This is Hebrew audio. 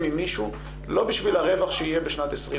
עם מישהו לא בשביל הרווח שיהיה בשנת 2020,